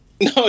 No